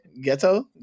Ghetto